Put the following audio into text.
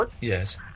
Yes